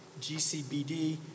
GCBD